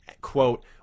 quote